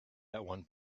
one